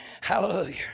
hallelujah